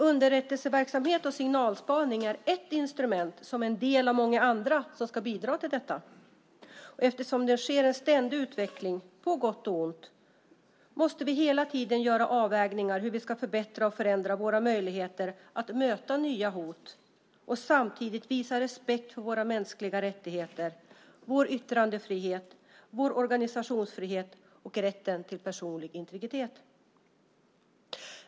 Underrättelseverksamhet och signalspaning är ett instrument som en del av många andra som ska bidra till detta. Eftersom det sker en ständig utveckling, på gott och ont, måste vi hela tiden göra avvägningar av hur vi ska förbättra och förändra våra möjligheter att möta nya hot och samtidigt visa respekt för våra mänskliga rättigheter, vår yttrandefrihet, vår organisationsfrihet och rätten till personlig integritet.